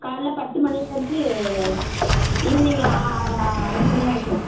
காலையில் பத்து மணிலருந்து ஈவினிங்கு அஞ்சு மணி வரைக்கும்